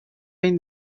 این